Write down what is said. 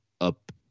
up